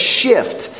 shift